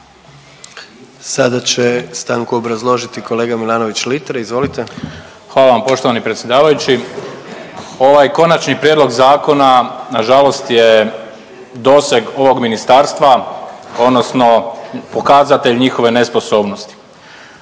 Litre, Marko (Hrvatski suverenisti)** Hvala vam poštovani predsjedavajući. Ovaj konačni prijedlog zakona na žalost je doseg ovog ministarstva, odnosno pokazatelj njihove nesposobnosti.